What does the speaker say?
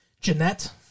Jeanette